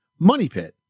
MONEYPIT